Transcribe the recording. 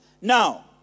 Now